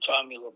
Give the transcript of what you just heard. Tommy